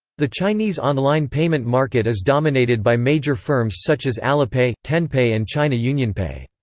the chinese online payment market is dominated by major firms such as alipay, tenpay and china unionpay.